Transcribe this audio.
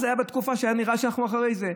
אז זה היה בתקופה שהיה נראה שאנחנו אחרי זה.